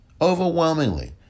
overwhelmingly